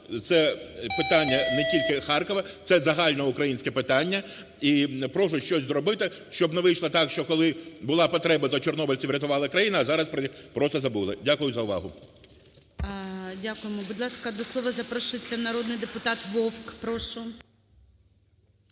це питання не тільки Харкова, це загальне українське питання. І прошу щось зробити, щоб не вийшло так, що коли була потреба, то чорнобильці врятували країну, а зараз про них просто забули. Дякую за увагу. ГОЛОВУЮЧИЙ. Дякую. Будь ласка, до слова запрошується народний депутат Вовк, прошу.